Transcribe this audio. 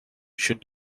should